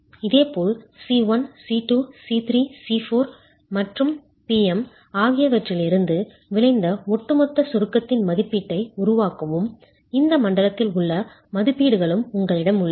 இதேபோல் C1 C2 C3 C4 மற்றும் Pm ஆகியவற்றிலிருந்து விளைந்த ஒட்டுமொத்த சுருக்கத்தின் மதிப்பீட்டை உருவாக்கவும் இந்த மண்டலத்தில் உள்ள மதிப்பீடுகளும் உங்களிடம் உள்ளன